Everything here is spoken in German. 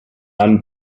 einem